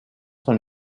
sont